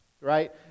right